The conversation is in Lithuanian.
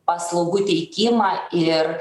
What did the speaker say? paslaugų teikimą ir